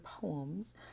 poems